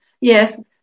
Yes